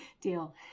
Deal